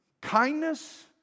Kindness